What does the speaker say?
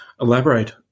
elaborate